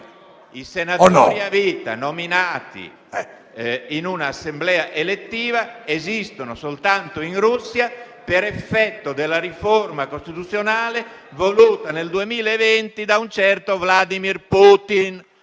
I senatori a vita nominati in una Assemblea elettiva esistono soltanto in Russia, per effetto della riforma costituzionale voluta, nel 2020, da un certo Vladimir Putin.